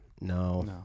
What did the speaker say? No